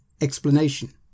explanation